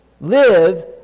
Live